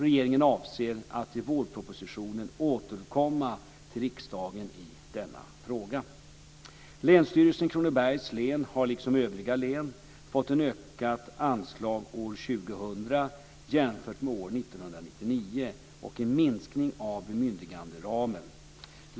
Regeringen avser att i vårpropositionen återkomma till riksdagen i denna fråga. Länsstyrelsen i Kronobergs län har liksom övriga län fått ett ökat anslag år 2000 jämfört med år 1999 och en minskning av bemyndiganderamen.